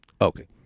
Okay